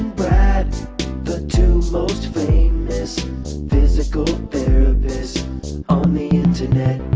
brad the two most famous physical therapists on the internet